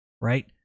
right